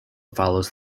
follows